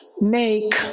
make